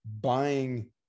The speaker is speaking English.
buying